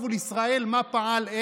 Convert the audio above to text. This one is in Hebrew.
לא יודע,